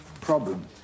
problem